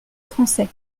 français